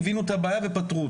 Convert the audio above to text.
הבינו את הבעיה ופתרו אותה.